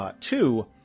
Two